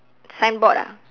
signboard ah